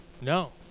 No